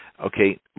okay